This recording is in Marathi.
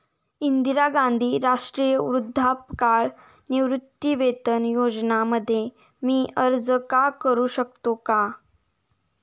इंदिरा गांधी राष्ट्रीय वृद्धापकाळ निवृत्तीवेतन योजना मध्ये मी अर्ज का करू शकतो का?